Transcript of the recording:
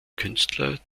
künstler